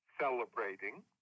celebrating